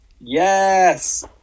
Yes